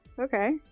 Okay